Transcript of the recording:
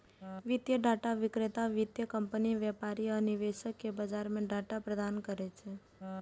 वित्तीय डाटा विक्रेता वित्तीय कंपनी, व्यापारी आ निवेशक कें बाजार डाटा प्रदान करै छै